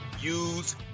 use